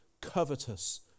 covetous